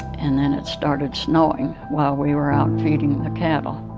and then it started snowing while we were out feeding the cattle.